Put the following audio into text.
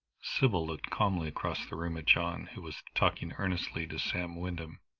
sybil looked calmly across the room at john, who was talking earnestly to sam wyndham.